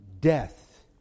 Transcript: death